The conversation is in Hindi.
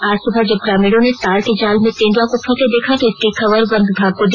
आज सुबह जब ग्रामीणों ने तार के जाल में तेंदुआ को फंसा देखा तो इसकी खबर वन विभाग को दिया